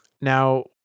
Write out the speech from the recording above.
Now